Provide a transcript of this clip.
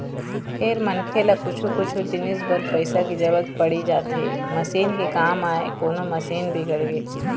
फेर मनखे ल कछु कछु जिनिस बर पइसा के जरुरत पड़ी जाथे मसीन के काम आय कोनो मशीन बिगड़गे